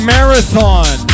Marathon